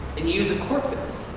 and use a corpus,